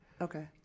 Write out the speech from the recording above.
Okay